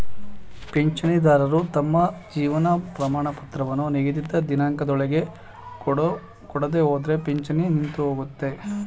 ಪಿಂಚಣಿದಾರರು ತಮ್ಮ ಜೀವನ ಪ್ರಮಾಣಪತ್ರವನ್ನು ನಿಗದಿತ ದಿನಾಂಕದೊಳಗೆ ಕೊಡದೆಹೋದ್ರೆ ಪಿಂಚಣಿ ನಿಂತುಹೋಗುತ್ತೆ